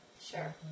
sure